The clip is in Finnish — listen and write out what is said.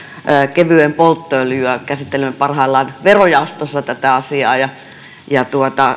kevyeen polttoöljyyn käsittelemme parhaillaan verojaostossa tätä asiaa ja